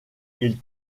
ils